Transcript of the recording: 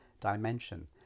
dimension